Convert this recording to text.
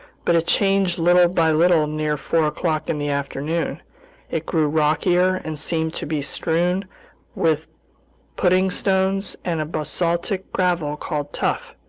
but it changed little by little near four o'clock in the afternoon it grew rockier and seemed to be strewn with pudding stones and a basaltic gravel called tuff,